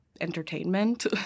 entertainment